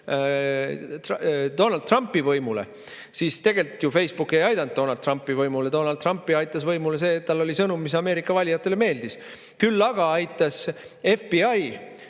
Donald Trumpi võimule. Tegelikult ju Facebook ei aidanud Donald Trumpi võimule. Donald Trumpi aitas võimule see, et tal oli sõnum, mis Ameerika valijatele meeldis. Küll aga aitas FBI